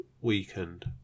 weekend